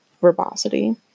verbosity